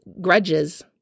grudges